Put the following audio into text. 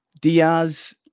Diaz